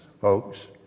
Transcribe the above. Folks